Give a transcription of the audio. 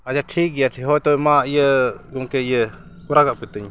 ᱟᱪᱪᱷᱟ ᱴᱷᱤᱠ ᱜᱮᱭᱟ ᱦᱳᱭ ᱛᱚᱵᱮ ᱢᱟ ᱤᱭᱟᱹ ᱜᱚᱢᱠᱮ ᱤᱭᱟᱹ ᱠᱚᱨᱟᱣ ᱠᱟᱸᱜᱼᱯᱮ ᱛᱤᱧ